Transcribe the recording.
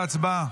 הצבעה.